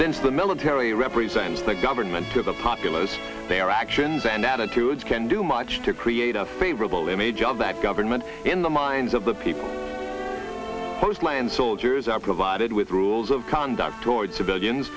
since the military represents the government to the populace their actions and attitudes can do much to create a favorable image of that government in the minds of the people most land soldiers are provided with rules of conduct toward civilians